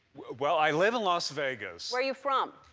well, i live in las vegas. where are you from?